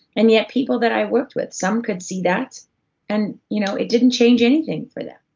and yet, people that i worked with, some could see that and you know it didn't change anything for them.